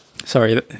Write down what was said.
Sorry